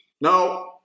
No